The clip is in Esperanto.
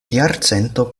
jarcento